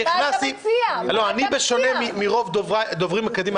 בשונה מרוב הדוברים לפניי,